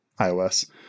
iOS